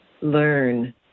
learn